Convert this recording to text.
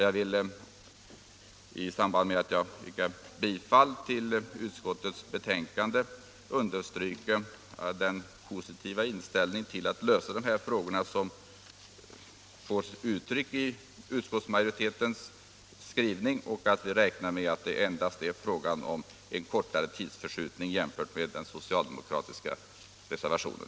Samtidigt som jag yrkar bifall till utskottets hemställan vill jag understryka den positiva inställning till lösningen av de här frågorna som kommer till uttryck i utskottsmajoritetens skrivning. Vi räknar med att det endast blir fråga om en kortare tidsförskjutning, jämfört med vad som föreslås i den socialdemokratiska reservationen.